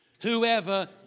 whoever